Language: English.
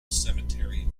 cemetery